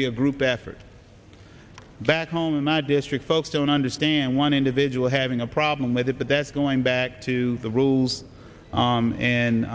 be a group effort that home and the district folks don't understand one individual having a problem with it but that's going back to the rules and